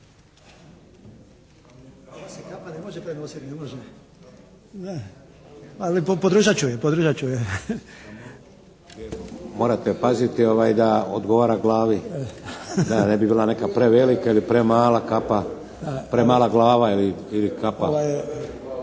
Morate paziti ovaj da odgovara glavi da ne bi bila neka prevelika ili premala kapa, premala glava ili kapa.